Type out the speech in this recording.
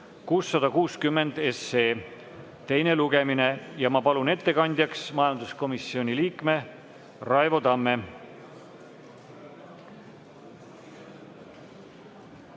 660 teine lugemine. Ma palun ettekandjaks majanduskomisjoni liikme Raivo Tamme.